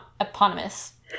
eponymous